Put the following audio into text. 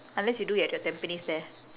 unless you do it at your tampines there